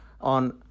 on